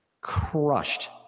crushed